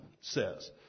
says